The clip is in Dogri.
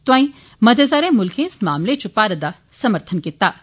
तोआई मेत सारे मुल्खें च मामलले च भारत दा समर्थन कीता ऐ